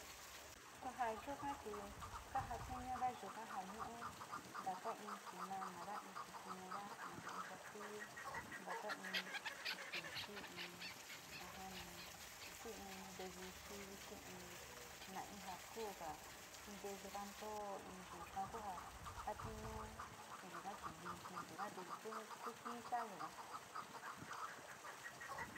Su ja yuga chii kajatiñuda yuga ja ñu´u ntaka in tinanada, in tikunda, na in ya´a kuida, ntaka in tikuiti, in ja jaa ni si in ntee uixi, yisi in nainga kuuda, in nteyuuda too in yuka ku jaa ja tiñuu yuka chi vijii yuga te tu, tu jii sa´a yuga.